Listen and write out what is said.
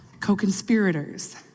co-conspirators